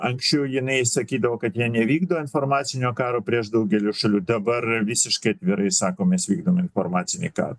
anksčiau jinai sakydavo kad jie nevykdo informacinio karo prieš daugelį šalių dabar visiškai atvirai sako mes vykdom informacinį karą